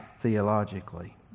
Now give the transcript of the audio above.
theologically